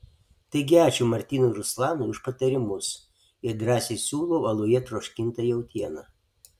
taigi ačiū martynui ir ruslanui už patarimus ir drąsiai siūlau aluje troškintą jautieną